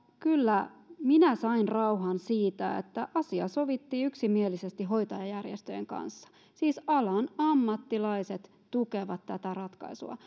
kyllä minä sain rauhan siitä että asia sovittiin yksimielisesti hoitajajärjestöjen kanssa alan ammattilaiset siis tukevat tätä ratkaisua